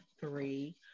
three